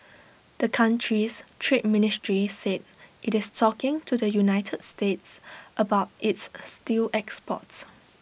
the country's trade ministry said IT is talking to the united states about its steel exports